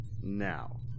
Now